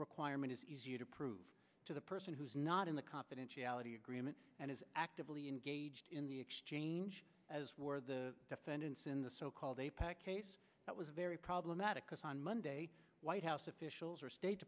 requirement is easy to prove to the person who's not in the confidentiality agreement and is actively engaged in the exchange as were the defendants in the so called apac case that was very problematic because on monday white house